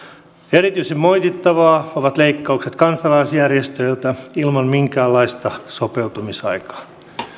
erityisen moitittavia ovat leikkaukset kansalaisjärjestöiltä ilman minkäänlaista sopeutumisaikaa